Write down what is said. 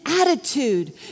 attitude